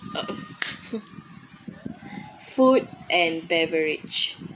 food and beverage